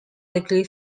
degree